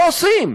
לא עושים.